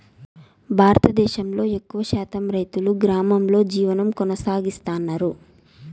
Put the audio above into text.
భారతదేశంలో ఎక్కువ శాతం రైతులు గ్రామాలలో జీవనం కొనసాగిస్తన్నారు